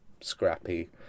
scrappy